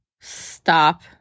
Stop